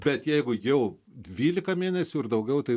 bet jeigu jau dvylika mėnesių ir daugiau tai